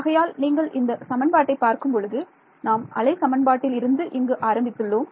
ஆகையால் நீங்கள் இந்த சமன்பாட்டை பார்க்கும்பொழுது நாம் அலை சமன்பாட்டில் இருந்து இங்கு ஆரம்பித்துள்ளோம்